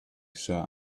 sat